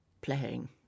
playing